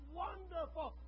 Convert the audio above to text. wonderful